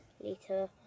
Later